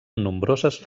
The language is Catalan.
nombroses